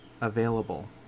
available